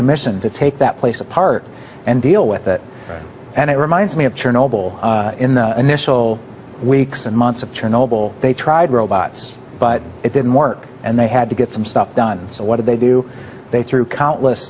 commission to take that place apart and deal with it and it reminds me of chernobyl in the initial weeks and months of chernobyl they tried robots but it didn't work and they had to get some stuff done and so what do they do they threw countless